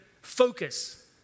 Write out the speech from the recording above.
focus